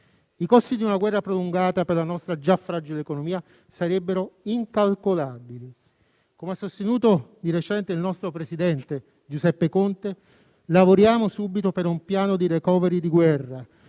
I costi di una guerra prolungata, per la nostra già fragile economia, sarebbero incalcolabili. Come ha sostenuto di recente il nostro presidente, Giuseppe Conte, lavoriamo subito per un piano di *recovery* di guerra.